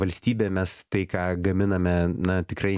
valstybė mes tai ką gaminame na tikrai